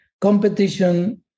Competition